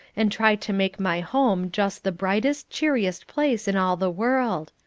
and try to make my home just the brightest, cheeriest place in all the world.